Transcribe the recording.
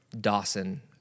Dawson